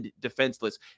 defenseless